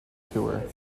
tour